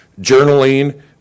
journaling